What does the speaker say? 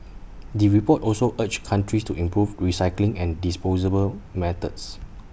the report also urged countries to improve recycling and disposable methods